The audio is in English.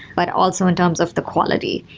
but also in terms of the quality.